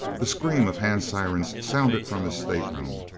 the scream of hand sirens sounded from his stateroom.